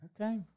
Okay